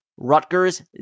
Rutgers